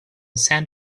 send